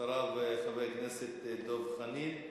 אחריו, חבר הכנסת דב חנין,